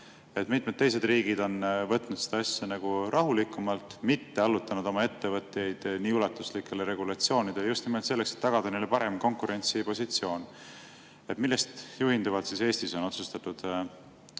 Mitmed teised riigid on võtnud seda asja rahulikumalt, mitte allutanud oma ettevõtteid nii ulatuslikele regulatsioonidele, just nimelt selleks, et tagada neile parem konkurentsipositsioon. Millest juhinduvalt on Eestis otsustatud